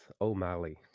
O'Malley